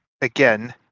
again